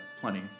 plenty